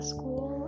School